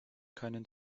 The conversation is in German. keinen